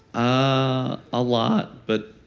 ah a lot but,